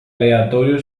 aleatorio